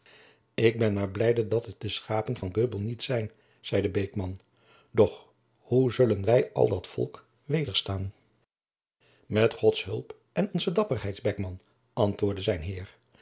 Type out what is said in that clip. ik ben maar blijde dat het de schapen van göbel niet zijn zeide beckman doch hoe zullen wij al dat volk wederstaan met gods hulp en onze dapperheid beckman antwoordde zijn